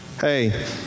Hey